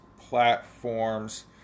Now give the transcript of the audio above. platforms